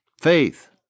Faith